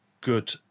good